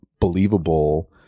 believable